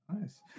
Nice